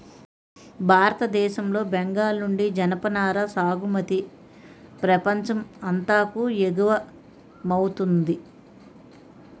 భారతదేశం లో బెంగాల్ నుండి జనపనార సాగుమతి ప్రపంచం అంతాకు ఎగువమౌతుంది